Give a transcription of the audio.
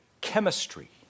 chemistry